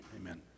Amen